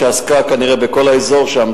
שעסקה כנראה בכל האזור שם,